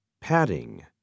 padding